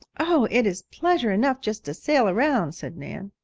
oh, it is pleasure enough just to sail around, said nan.